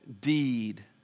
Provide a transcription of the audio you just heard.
deed